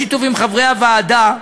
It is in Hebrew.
בשיתוף עם חברי הוועדה,